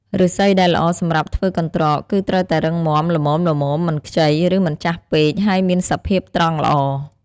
ឫស្សីដែលល្អសម្រាប់ធ្វើកន្រ្តក គឺត្រូវតែរឹងមាំ ល្មមៗ មិនខ្ចី ឬមិនចាស់ពេក ហើយមានសភាពត្រង់ល្អ។